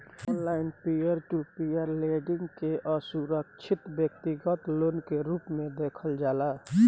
online peer to peer lending के असुरक्षित व्यतिगत लोन के रूप में देखल जाला